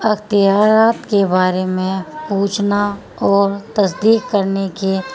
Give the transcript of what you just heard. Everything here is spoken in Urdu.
اختیارات کے بارے میں پوچھنا اور تصدیق کرنے کے